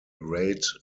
great